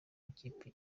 ikipe